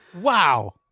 Wow